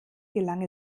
gelang